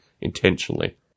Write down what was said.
intentionally